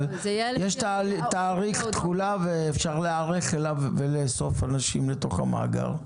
אבל יש תאריך תחילה ואפשר להיערך עליו ולאסוף אנשים לתוך המאגר,